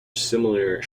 similar